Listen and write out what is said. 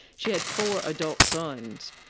she had four adult sons.